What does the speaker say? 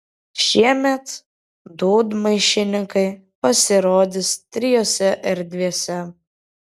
šiemet dūdmaišininkai pasirodys trijose erdvėse